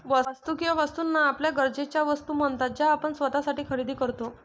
वस्तू किंवा वस्तूंना आपल्या गरजेच्या वस्तू म्हणतात ज्या आपण स्वतःसाठी खरेदी करतो